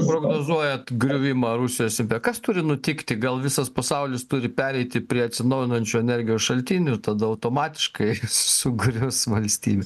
prognozuojat griuvimą rusijos impe kas turi nutikti gal visas pasaulis turi pereiti prie atsinaujinančių energijos šaltinių tada automatiškai sugrius valstybė